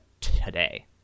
today